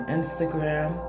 Instagram